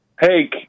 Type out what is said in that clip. Hey